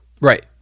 Right